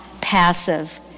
passive